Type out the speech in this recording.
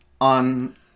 on